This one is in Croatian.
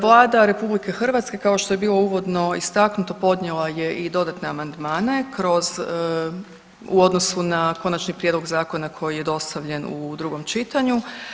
Vlada RH kao što je bilo uvodno istaknuto podnijela je i dodatne amandmane u odnosu na konačni prijedlog zakona koji je dostavljen u drugom čitanju.